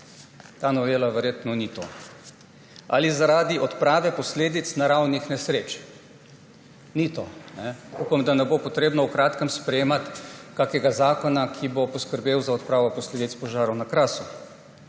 ta novela verjetno ni to , »ali zaradi oprave posledic naravnih nesreč«. Ni to. Upam, da ne bo treba v kratkem sprejemati kakšnega zakona, ki bo poskrbel za odpravo posledic požarov na Krasu.